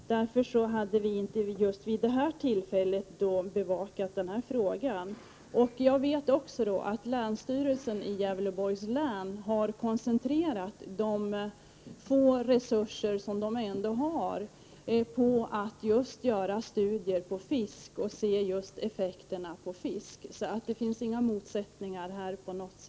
Därför hade vi inte bevakat just den här frågan. Länsstyrelsen i Gävleborgs län har koncentrerat de få resurser som ändå står till buds på att göra studier beträffande just fisk. Så det finns inga som helst motsättningar.